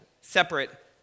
separate